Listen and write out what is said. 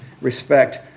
respect